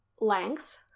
length